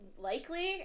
likely